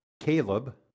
Caleb